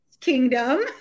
Kingdom